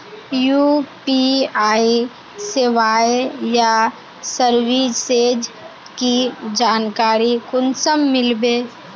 UPI सेवाएँ या services की जानकारी कुंसम मिलबे?